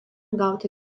gauti